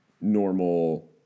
normal